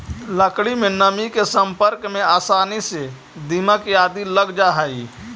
लकड़ी में नमी के सम्पर्क में आसानी से दीमक आदि लग जा हइ